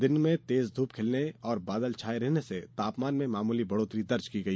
दिन में तेज ध्रप खिलने और बादल छाये रहने से तापमान में मामूली बढ़ौतरी दर्ज की गई